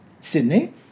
Sydney